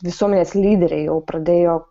visuomenės lyderiai jau pradėjo